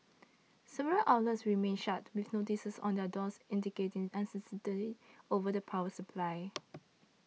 several outlets remained shut with notices on their doors indicating uncertainty over the power supply